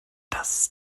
das